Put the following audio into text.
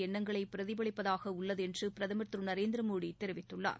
எண்ணங்களை பிரதிபலிப்பதாக உள்ளது என்று பிரதமர் திரு நரேந்திரமோடி தெரிவித்துள்ளார்